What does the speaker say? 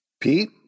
Pete